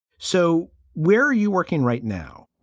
so where are you working right now?